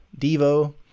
Devo